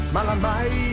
Malamai